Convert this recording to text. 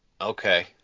Okay